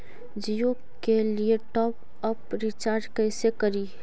जियो के लिए top up recharge कैसे करी?